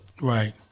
Right